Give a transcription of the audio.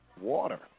water